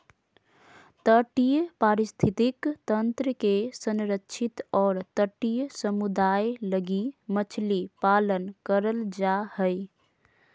तटीय पारिस्थितिक तंत्र के संरक्षित और तटीय समुदाय लगी मछली पालन करल जा हइ